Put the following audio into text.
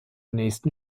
nächsten